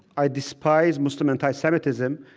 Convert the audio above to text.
i despise muslim anti-semitism,